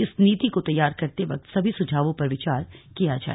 इस नीति को तैयार करते वक्त सभी सुझावों पर विचार किया जाए